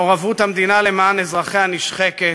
מעורבות המדינה למען אזרחיה נשחקת,